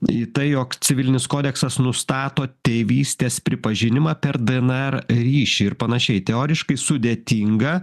į tai jog civilinis kodeksas nustato tėvystės pripažinimą per dnr ryšį ir panašiai teoriškai sudėtinga